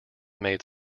made